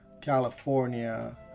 California